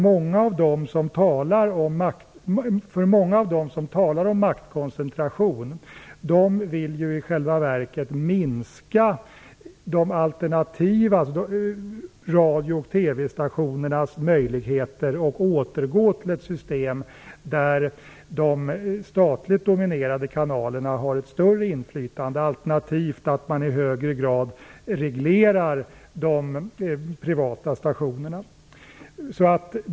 Många av dem som talar om maktkoncentration vill nämligen i själva verket minska de alternativa radiooch TV-stationernas möjligheter och återgå till ett system där de statligt dominerade kanalerna har ett större inflytande, alternativt att man i högre grad reglerar de privata stationerna.